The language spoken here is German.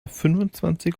fünfundzwanzig